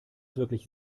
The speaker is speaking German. wirklich